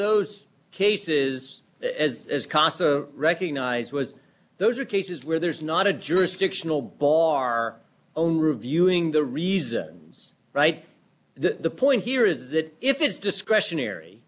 those cases is casa recognize was those are cases where there is not a jurisdictional ball our own reviewing the reasons right the point here is that if it's discretionary